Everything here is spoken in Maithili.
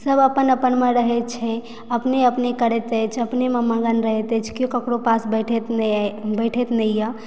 सभ अपन अपनमे रहैत छै अपने अपने करैत अछि अपनेमे मगन रहैत अछि केओ ककरो पास बैठति नहि अछि बैठति नहिए